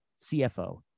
CFO